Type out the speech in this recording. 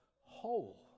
whole